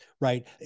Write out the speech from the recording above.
right